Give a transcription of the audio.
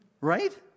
Right